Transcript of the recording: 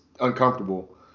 uncomfortable